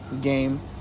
game